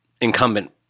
incumbent